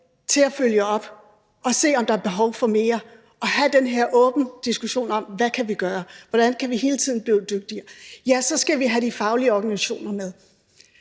til at følge op og se, om der er behov for mere, og have den her åbne diskussion om, hvad vi kan gøre, og hvordan vi hele tiden kan blive dygtigere, ja, så skal vi have de faglige organisationer med.